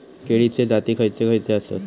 केळीचे जाती खयचे खयचे आसत?